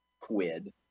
quid